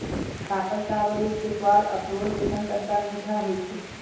पाकल शाहबलूत के सवाद अखरोट जइसन्न तनका मीठ होइ छइ